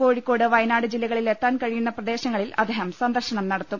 കോഴിക്കോട് വയനാട് ജില്ല കളിൽ എത്താൻ കഴിയുന്ന പ്രദേശങ്ങളിൽ അദ്ദേഹം സന്ദർശനം നടത്തും